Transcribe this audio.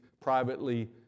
privately